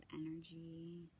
energy